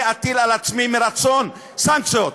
אני אטיל על עצמי מרצון סנקציות,